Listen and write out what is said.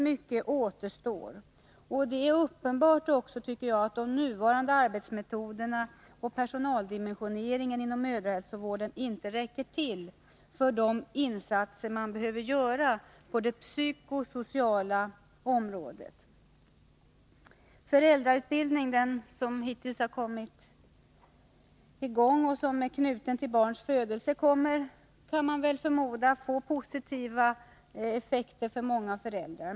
Mycket återstår emellertid, och det är uppenbart att de nuvarande arbetsmetoderna och personaldimensioneringen inom mödrahälsovården inte räcker till för de insatser som man behöver göra på det psykosociala området. Föräldrautbildningen, som nu har kommit i gång och som är knuten till barns födelse, kommer förmodligen att få positiva effekter för många föräldrar.